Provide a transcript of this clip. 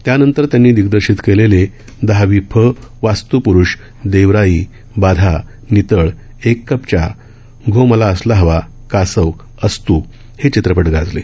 त्यानंतर त्यांनी दिग्दर्शित केलेले दहावी फ वास्त्प्रुष देवराई बाधा नितळ एक कप च्या घो मला असला हवा कासव अस्त् हे चित्रपट गाजले